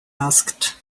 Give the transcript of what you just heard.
asked